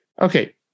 Okay